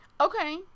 Okay